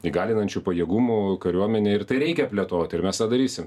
įgalinančių pajėgumų kariuomenę ir tai reikia plėtoti ir mes tą darysim